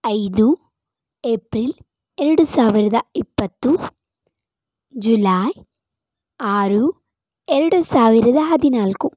ಐದು ಏಪ್ರಿಲ್ ಎರಡು ಸಾವಿರದ ಇಪ್ಪತ್ತು ಜುಲೈ ಆರು ಎರಡು ಸಾವಿರದ ಹದಿನಾಲ್ಕು